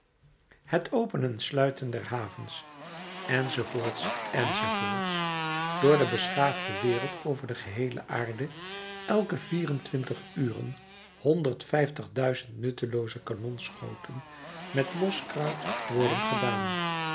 het openen en sluiten der havens enz enz door de beschaafde wereld over de geheele aarde elke vier-en-twintig uren honderd vijftig duizend nuttelooze kanonschoten met los kruit worden gedaan